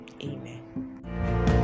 amen